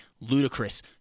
ludicrous